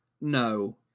no